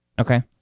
Okay